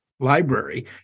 Library